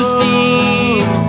Steve